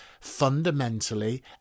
fundamentally